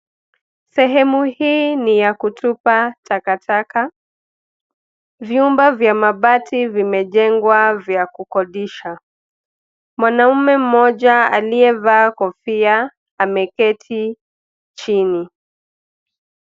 Sehemu hii ni ya kutupa takataka, vyumba vya mabati vimejengwa vya kukodisha , mwanaume mmoja aliyevaa kofia ameketi chini.